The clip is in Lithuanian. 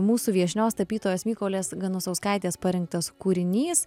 mūsų viešnios tapytojos mykolės ganusauskaitės parinktas kūrinys